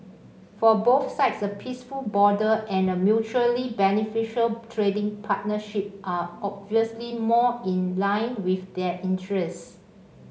for both sides a peaceful border and a mutually beneficial trading partnership are obviously more in line with their interests